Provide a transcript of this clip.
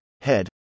head